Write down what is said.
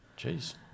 Jeez